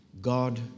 God